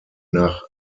nach